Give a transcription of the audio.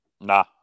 nah